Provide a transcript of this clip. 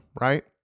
right